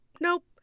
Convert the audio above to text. nope